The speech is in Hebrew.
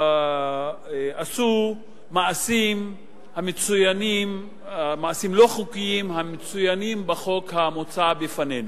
שעשו את המעשים הלא- חוקיים המצוינים בחוק המוצע בפנינו.